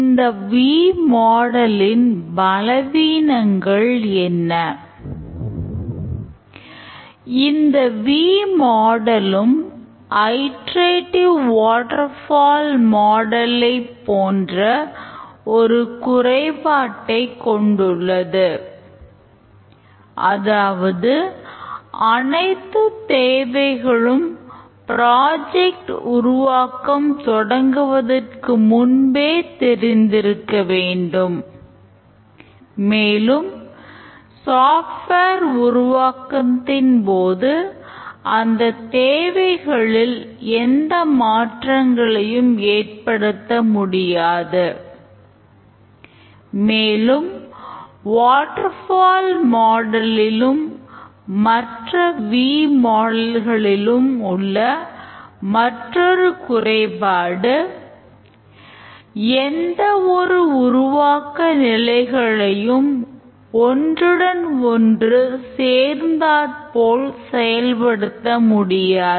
இந்த வி மாடலின் உள்ள மற்றுமொரு குறைபாடு எந்த ஒரு உருவாக்க நிலைகளையும் ஒன்றுடன் ஒன்று சேர்ந்தாற்போல் செயல்படுத்த முடியாது